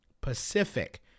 Pacific